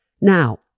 Now